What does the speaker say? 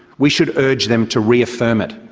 we should urge them to reaffirm it.